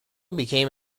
became